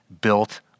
built